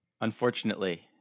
Unfortunately